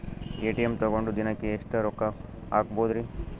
ATM ತಗೊಂಡ್ ದಿನಕ್ಕೆ ಎಷ್ಟ್ ರೊಕ್ಕ ಹಾಕ್ಬೊದ್ರಿ?